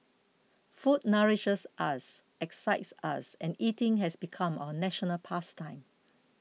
food nourishes us excites us and eating has become our national past time